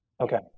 Okay